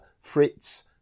Fritz